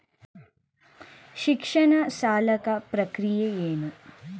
ಶಿಕ್ಷಣ ಸಾಲದ ಪ್ರಕ್ರಿಯೆ ಏನು?